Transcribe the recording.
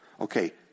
Okay